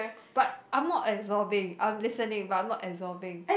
but I'm not absorbing I'm listening but I'm not absorbing